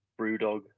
Brewdog